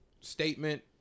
statement